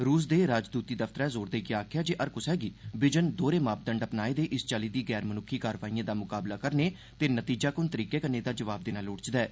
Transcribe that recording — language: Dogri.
रूस दे राजदूती दफ्तरै जोर देइयै आखेआ ऐ जे हर क्सा बी बिजन दोहरे मापदंड अपनाए देए इस चाल्ली दी गैर मन्क्खी कार्रवाइएं दा मुकाबला करने ते नतीजाकुन तरीके कन्नै एहदा जवाब देना लोड़चदा ऐ